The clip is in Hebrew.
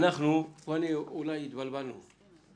אולי התבלבלנו פה.